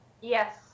yes